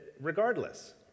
regardless